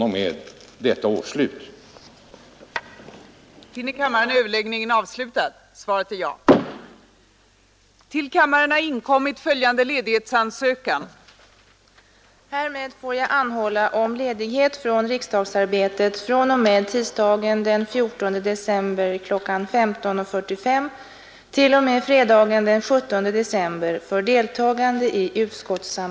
Stockholm den 10 december 1971 Kaj Björk